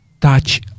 touch